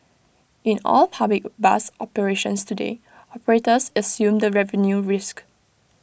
in all public bus operations today operators assume the revenue risk